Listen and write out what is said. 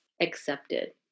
accepted